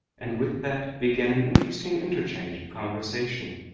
and with that began an interesting interchange of conversation,